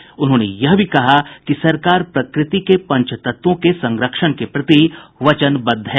श्री जावड़ेकर ने यह भी कहा कि सरकार प्रकृति के पंचतत्वों के संरक्षण के प्रति वचनवद्व है